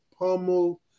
pummel